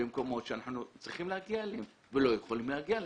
למקומות שאנחנו צריכים להגיע אליהם ואנחנו לא יכולים להגיע.